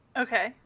Okay